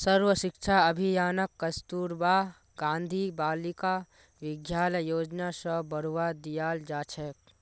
सर्व शिक्षा अभियानक कस्तूरबा गांधी बालिका विद्यालय योजना स बढ़वा दियाल जा छेक